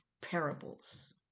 parables